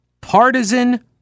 partisan